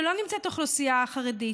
שלא נמצאת בהם האוכלוסייה החרדית.